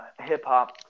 hip-hop